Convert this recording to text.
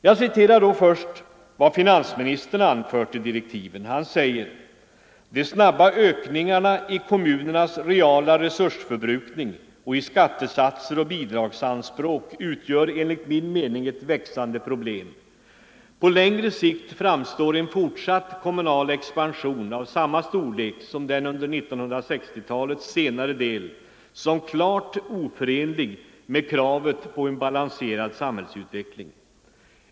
Jag citerar då först vad finansministern har anfört i direktiven: ”De snabba ökningarna i kommunernas reala resursförbrukning och i skattesatser och bidragsanspråk utgör enligt min mening ett växande problem. På längre sikt framstår en fortsatt kommunal expansion av samma storlek som den under 1960-talets senare del som klart oförenlig med kravet på en balanserad samhällsutveckling.